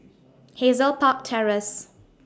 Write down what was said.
Hazel Park Terrace